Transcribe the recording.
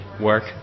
work